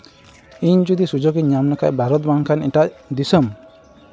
ᱤᱧ ᱡᱚᱫᱤ ᱥᱩᱡᱳᱜᱽ ᱤᱧ ᱧᱟᱢ ᱞᱮᱠᱷᱟᱱ ᱵᱷᱟᱨᱚᱛ ᱵᱟᱝᱠᱷᱟᱱ ᱮᱴᱟᱜ ᱫᱤᱥᱚᱢ